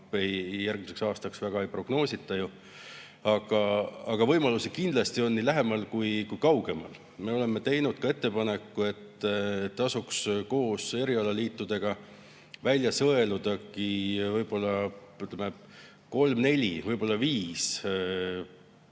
järgmiseks aastaks väga ei prognoosita. Aga võimalusi kindlasti on, nii lähemal kui ka kaugemal. Me oleme teinud ettepaneku, et tasuks koos erialaliitudega välja sõeluda võib-olla kolm-neli, võib-olla viis